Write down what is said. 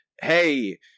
hey